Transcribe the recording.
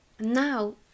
now